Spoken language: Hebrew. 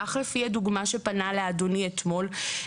כך לפי הדוגמה שפנה לאדוני אתמול,